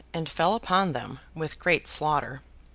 and fell upon them with great slaughter.